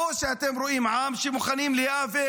או שאתם רואים עם שמוכן להיאבק